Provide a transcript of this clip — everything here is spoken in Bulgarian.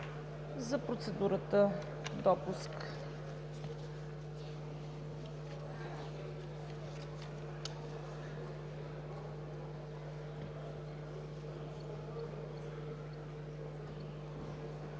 за процедурата допуск.